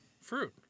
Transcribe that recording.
Fruit